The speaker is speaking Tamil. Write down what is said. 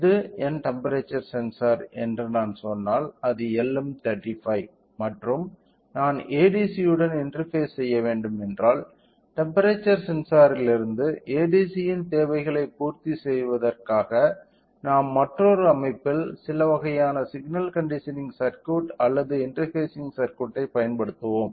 இது என் டெம்ப்பெரேச்சர் சென்சார் என்று நான் சொன்னால் அது LM 35 மற்றும் நான் ADCயுடன் இன்டெர்பேஸ் செய்ய வேண்டும் என்றால் டெம்ப்பெரேச்சர் சென்சாரிலிருந்து ADCயின் தேவைகளைப் பூர்த்தி செய்வதற்காக நாம் மற்றொரு அமைப்பில் சில வகையான சிக்னல் கண்டிஷனிங் சர்க்யூட் அல்லது இன்டர்ஃபேசிங் சர்க்யூட்டைப் பயன்படுத்துவோம்